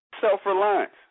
self-reliance